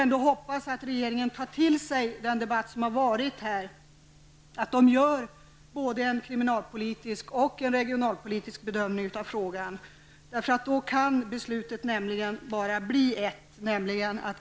Jag hoppas att regeringen tar till sig den debatt som har varit i dag och gör en kriminalpolitisk och en regionalpolitisk bedömning av frågan. Då kan beslutet bara bli ett, nämligen att